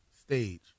stage